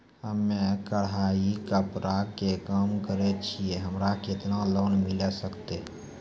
हम्मे कढ़ाई कपड़ा के काम करे छियै, हमरा केतना लोन मिले सकते?